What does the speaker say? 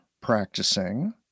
practicing